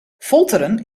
folteren